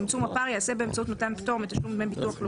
צמצום הפער ייעשה באמצעות מתן פטור מתשלום דמי ביטוח לאומי